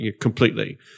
completely